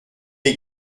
est